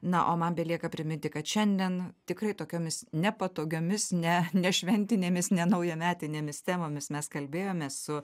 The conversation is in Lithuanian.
na o man belieka priminti kad šiandien tikrai tokiomis nepatogiomis ne nešventinėmis ne naujametinėmis temomis mes kalbėjomės su